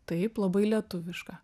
taip labai lietuviška